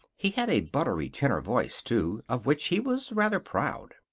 he had a buttery tenor voice, too, of which he was rather proud.